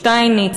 שטייניץ,